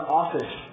office